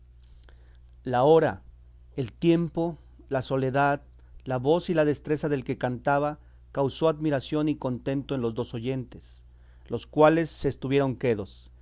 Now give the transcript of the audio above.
la hora el tiempo la soledad la voz y la destreza del que cantaba causó admiración y contento en los dos oyentes los cuales se estuvieron quedos